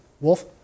Wolf